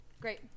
great